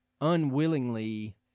unwillingly